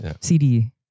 cd